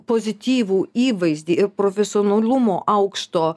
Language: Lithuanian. pozityvų įvaizdį ir profesionalumo aukšto